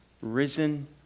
risen